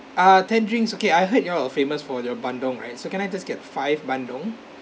ah ten drinks okay I heard y'all are famous for your bandung right so can I just get five bandung